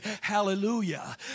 hallelujah